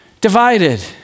divided